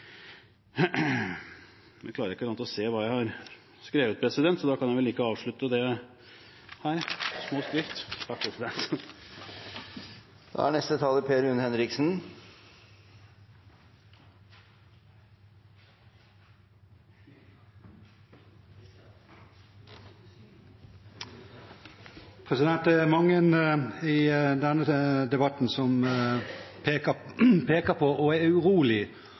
Nå klarer jeg ikke helt å se hva jeg har skrevet, president, så da kan jeg vel like godt avslutte her. Det er mange i denne debatten som peker på og er